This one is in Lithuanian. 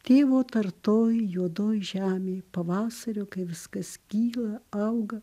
tėvo tartoj juodoj žemėj pavasario kai viskas kyla auga